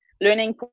learning